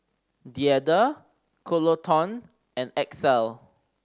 Deirdre Coleton and Axel